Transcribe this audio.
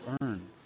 earn